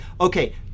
okay